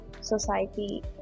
society